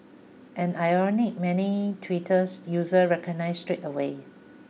an irony many Twitter users recognised straight away